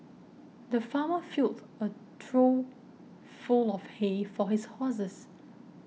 the farmer filled a trough full of hay for his horses